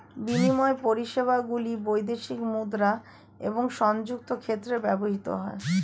বিনিময় পরিষেবাগুলি বৈদেশিক মুদ্রা এবং সংযুক্ত ক্ষেত্রে ব্যবহৃত হয়